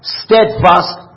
steadfast